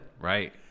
Right